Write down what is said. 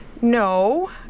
No